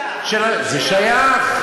מה שייך?